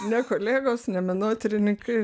ne kolegos ne menotyrininkai